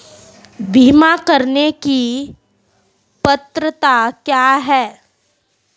बीमा करने की पात्रता क्या है?